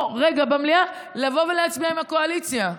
רגע במליאה לבוא ולהצביע עם הקואליציה.